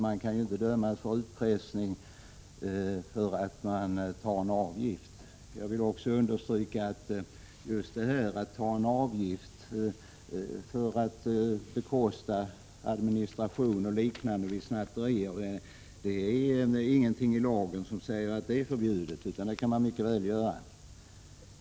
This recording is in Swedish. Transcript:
Man kan ju inte dömas för utpressning om man tar ut en avgift. Jag vill också understryka att det är ingenting i lagen som säger att det skulle vara förbjudet att ta ut en avgift för att bekosta administration o.d. vid snatterier, utan det kan man mycket väl göra.